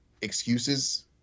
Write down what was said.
excuses